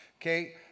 Okay